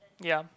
ya